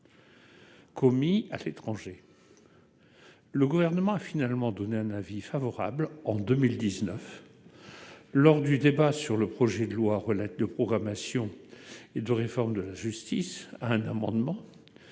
commis à l'étranger, le gouvernement a finalement donné un avis favorable en 2019 lors du débat sur le projet de loi relatif de programmation et de réforme de la justice, un amendement